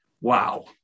Wow